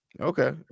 okay